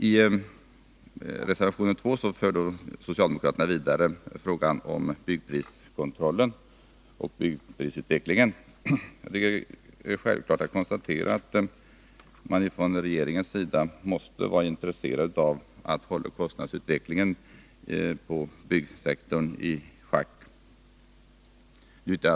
I reservation 2 tar socialdemokraterna upp frågan om byggprisutvecklingen och kontrollen av den. Det är självklart att regeringen måste vara intresserad av att hålla kostnadsutvecklingen på byggsektorn i schack.